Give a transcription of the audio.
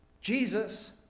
Jesus